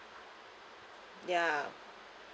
ya